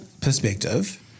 perspective